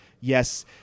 Yes